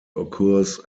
occurs